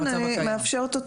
את מכילה את